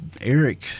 Eric